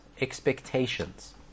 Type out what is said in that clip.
Expectations